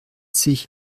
sich